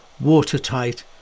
watertight